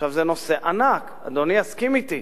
עכשיו, זה נושא ענק, אדוני יסכים אתי,